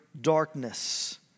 darkness